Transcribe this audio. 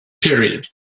period